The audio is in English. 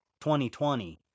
2020